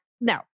No